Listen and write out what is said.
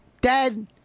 dead